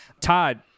Todd